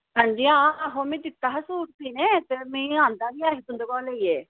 हां जी आहो में दित्ता हा सूट सीनें गी ते में आंह्दा बी हा तुंदे कोला दा लेइयै